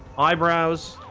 eyebrows